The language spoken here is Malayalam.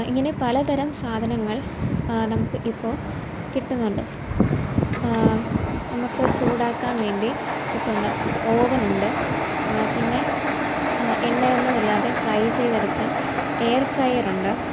ഇങ്ങനെ പലതരം സാധനങ്ങൾ നമുക്ക് ഇപ്പോള് കിട്ടുന്നുണ്ട് നമുക്ക് ചൂടാക്കാൻ വേണ്ടി ഇപ്പോള് എന്താ ഓവനുണ്ട് പിന്നെ എണ്ണയൊന്നുമില്ലാതെ ഫ്രൈ ചെയ്തെടുക്കാൻ എയർ ഫ്രൈയറുണ്ട്